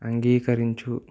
అంగీకరించు